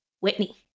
whitney